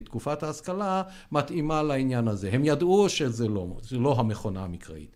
תקופת ההשכלה מתאימה לעניין הזה. הם ידעו שזה לא, זה לא המכונה המקראית.